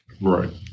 Right